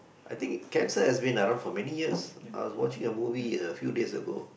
I think cancer has been around for many years I was watching a movie a few days ago